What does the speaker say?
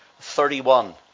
31